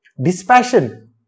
dispassion